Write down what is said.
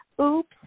oops